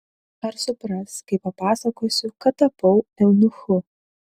ar supras kai papasakosiu kad tapau eunuchu